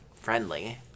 friendly